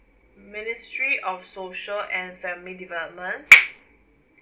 ministry of social and family development